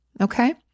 Okay